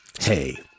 Hey